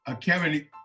Kevin